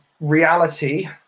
reality